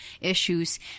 issues